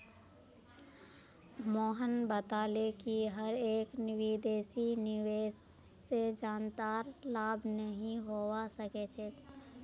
मोहन बताले कि हर एक विदेशी निवेश से जनतार लाभ नहीं होवा सक्छे